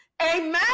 Amen